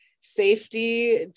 safety